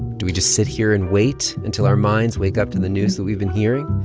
do we just sit here and wait until our minds wake up to the news that we've been hearing?